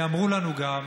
ואמרו לנו גם,